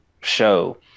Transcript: show